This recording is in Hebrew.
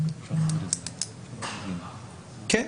כן.